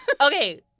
Okay